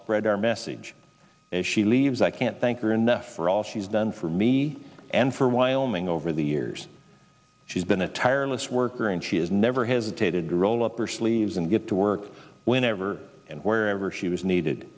spread our message as she leaves i can't thank you enough for all she's done for me and for wyoming over the years she's been a tireless worker and she has never hesitated to roll up her sleeves and get to work whenever and wherever she was needed